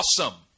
awesome